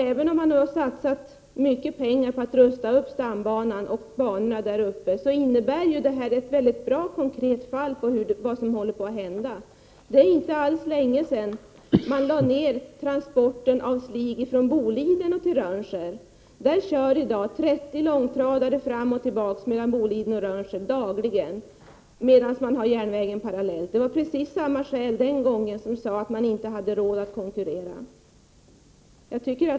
Även om mycket pengar har satsats på att rusta upp stambanan och övriga banor i Norrland är detta ett konkret exempel på vad som håller på att hända. Det är inte alls länge sedan man upphörde med transporten av slig från Boliden till Rönnskär. Dagligen kör 30 långtradare fram och tillbaka mellan Boliden och Rönnskär, trots att järnvägen går parallellt med landsvägen. Även när denna transport överfördes från järnväg till landsväg hade man samma skäl, nämligen att SJ inte hade råd att konkurrera.